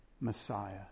Messiah